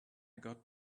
got